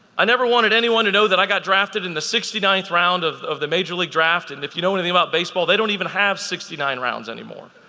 i never wanted anyone to know that i got drafted in the sixty ninth round of of the major league draft, and if you know anything about baseball, they don't even have sixty nine rounds anymore.